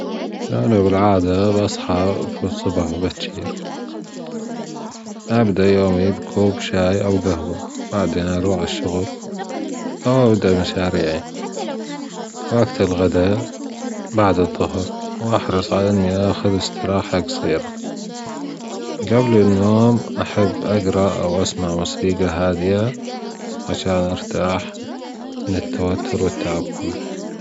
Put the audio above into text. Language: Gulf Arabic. أنا بالعادة بصحى في الصبح بكير أبدأ يومي بكوب شاي أو جهوة وبعدين أروح على الشغل أو أبدأ مشاريعي وجت الغدا بعد الضهر و أحرص على أني أخذ استراحة قصيرة جبل النوم أحب أجرا أو أسمع موسيقى هادئة عشان أرتاح من التوتر والتعب كله.